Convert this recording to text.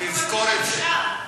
רק תזכור את זה.